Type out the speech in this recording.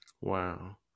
Wow